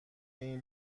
این